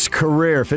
career